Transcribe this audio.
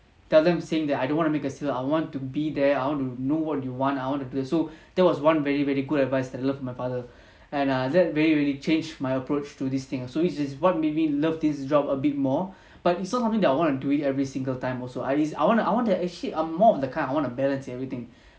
tell them saying that I don't want to make a sale I want to be there I want to know what you want I want to do that so that was one very very good advice that I learnt from my father and that really really changed my approach to this thing so this is what made me love this job a bit more but it's not something that I want to do it every single time also I is I want to I'm actually um or more of the kind I want to balance everything